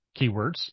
keywords